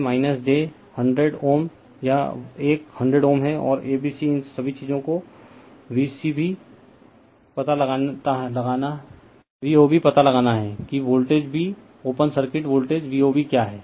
तो यह है j 100Ω यह एक 100Ω है और A B C इन सभी चीजों को VOB पता लगाना है कि voltage b open circuit voltage VOB क्या है